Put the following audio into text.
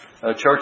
church